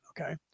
okay